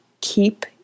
keep